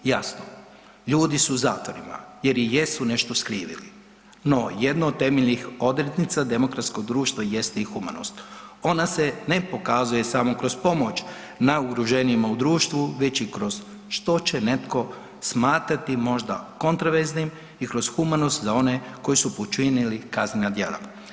Jasno, ljudi su u zatvorima jer i jesu nešto skrivili, no jedno od temeljnih odrednica demokratskog društva jeste i humanost ona se ne pokazuje samo kroz pomoć najugroženijima u društvu već i što će netko smatrati možda kontroverznim i kroz humanost za one koji su počinili kaznena djela.